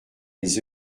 les